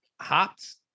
hops